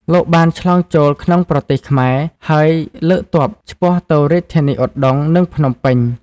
លោកបានឆ្លងចូលក្នុងប្រទេសខ្មែរ ហើយលើកទ័ពឆ្ពោះទៅរាជធានីឧដុង្គ និងភ្នំពេញ។